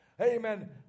Amen